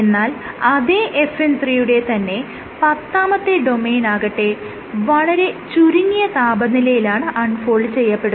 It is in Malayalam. എന്നാൽ അതെ FN 3 യുടെ തന്നെ പത്താമത്തെ ഡൊമെയ്നാകട്ടെ വളരെ ചുരുങ്ങിയ താപനിലയിലാണ് അൺ ഫോൾഡ് ചെയ്യപ്പെടുന്നത്